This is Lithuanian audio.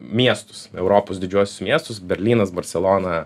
miestus europos didžiuosius miestus berlynas barselona